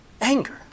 anger